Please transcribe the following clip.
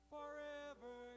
Forever